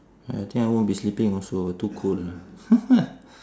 ya I think I won't be sleeping also too cold ah